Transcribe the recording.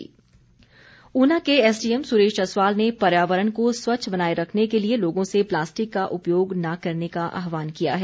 पर्यावरण ऊना के एसडीएम सुरेश जसवाल ने पर्यावरण को स्वच्छ बनाए रखने के लिए लोगों से प्लास्टिक का उपयोग न करने का आहवान किया है